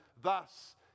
Thus